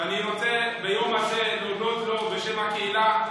ואני רוצה ביום הזה להודות לו בשם הקהילה.